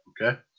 okay